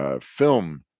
film